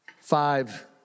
five